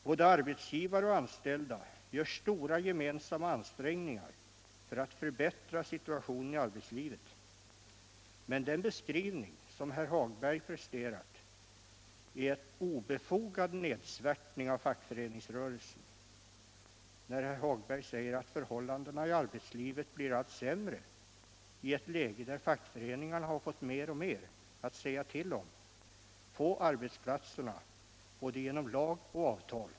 Både arbetsgivare och anställda gör stora gemensamma ansträngningar för att förbättra situationen i arbetslivet. Men den beskrivning som herr Hagberg presterat är en obefogad nedsvärtning av fackföreningsrörelsen, när herr Hagberg säger att förhållandena i arbetslivet blivit allt sämre i ett läge där fackföreningarna har fått mer och mer att säga till om på arbetsplatserna genom både lag och avtal.